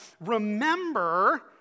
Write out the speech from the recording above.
remember